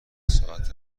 ساعت